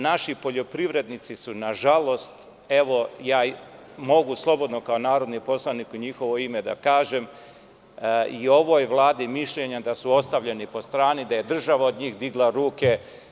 Naši poljoprivrednici su, na žalost, evo mogu slobodno kao narodni poslanik u njihovo ime da kažem i ovoj Vladi mišljenje da su ostavljeni po strani, da je država od njih digla ruke.